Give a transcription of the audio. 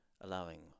allowing